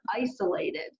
isolated